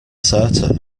certain